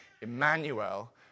Emmanuel